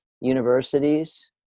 universities